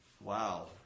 wow